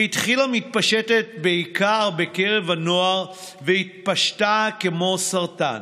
היא התחילה מתפשטת בעיקר בקרב הנוער והתפשטה כמו סרטן.